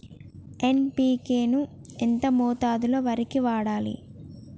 NPK ని ఎంత మోతాదులో వరికి వాడాలి?